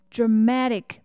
Dramatic